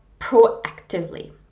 proactively